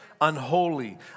unholy